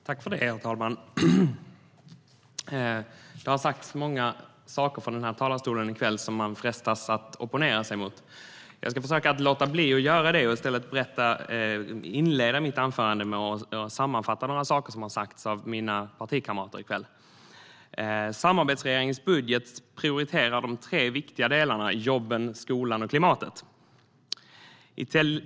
Herr talman! Det har sagts många saker från talarstolen i kväll som jag frestas att opponera mot. Jag ska försöka låta bli att göra det och i stället inleda mitt anförande med att sammanfatta några saker som har sagts av mina partikamrater i kväll. Samarbetsregeringens budget prioriterar de tre viktiga delarna jobben, skolan och klimatet.